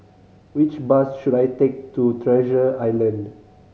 which bus should I take to Treasure Island